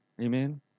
Amen